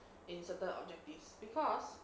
in certain objectives because